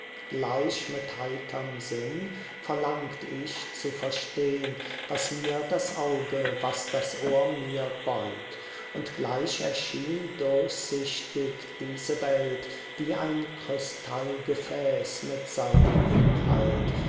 gleich mit heiterm sinn verlangt ich zu verstehn was mir das auge was das ohr mir beut und gleich erschien durchsichtig diese welt wie ein kristallgefäß mit seinem inhalt